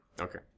Okay